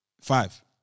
Five